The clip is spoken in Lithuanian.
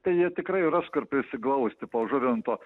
tai jie tikrai ras kur prisiglausti po žuvinto